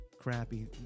crappy